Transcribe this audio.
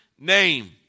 name